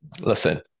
Listen